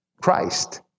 Christ